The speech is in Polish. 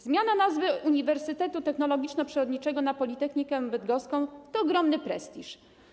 Zmiana nazwy Uniwersytetu Technologiczno-Przyrodniczego na Politechnikę Bydgoską to ogromny prestiż.